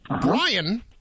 Brian